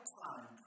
time